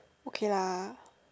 okay lah